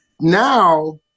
now